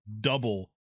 double